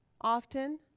Often